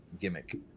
gimmick